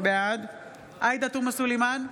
בעד עאידה תומא סלימאן,